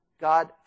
God